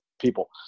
people